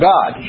God